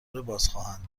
بازخواهند